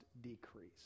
decrease